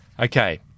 Okay